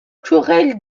querelles